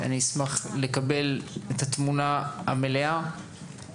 אני אשמח לקבל את התמונה המלאה ממשרד החינוך.